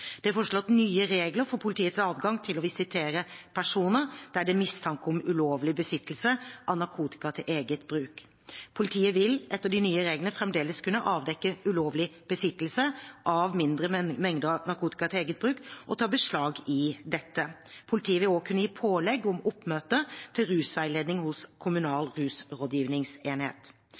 Det er foreslått nye regler for politiets adgang til å visitere personer der det er mistanke om ulovlig besittelse av narkotika til eget bruk. Politiet vil etter de nye reglene fremdeles kunne avdekke ulovlig besittelse av mindre mengder narkotika til eget bruk og ta beslag i dette. Politiet vil også kunne gi pålegg om oppmøte til rusveiledning hos kommunal rusrådgivningsenhet.